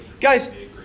Guys